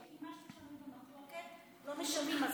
שאם משהו שנוי במחלוקת לא משלמים.